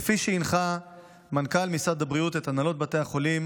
כפי שהנחה מנכ"ל משרד הבריאות את הנהלות בתי החולים